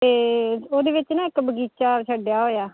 ਅਤੇ ਉਹਦੇ ਵਿੱਚ ਨਾ ਇੱਕ ਬਗੀਚਾ ਛੱਡਿਆ ਹੋਇਆ